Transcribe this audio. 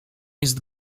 jest